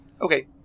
Okay